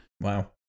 Wow